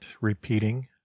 repeating